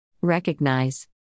Recognize